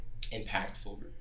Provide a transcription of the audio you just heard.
impactful